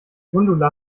gundula